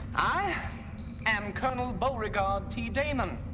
i am colonel beauregard t. damon.